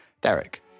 Derek